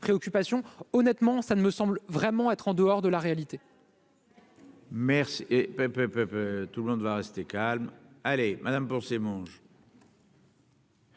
honnêtement ça ne me semble vraiment être en dehors de la réalité.